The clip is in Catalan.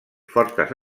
fortes